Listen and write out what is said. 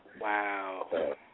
Wow